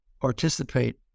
participate